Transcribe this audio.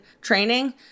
training